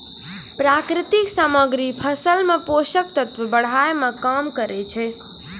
प्राकृतिक सामग्री फसल मे पोषक तत्व बढ़ाय में काम करै छै